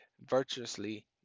virtuously